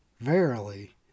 Verily